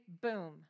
boom